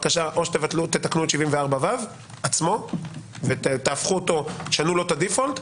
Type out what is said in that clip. שתתקנו את 74ו עצמו ותשנו לו את הדיפולט,